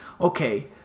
okay